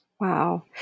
Wow